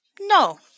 No